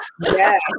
Yes